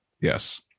Yes